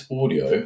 audio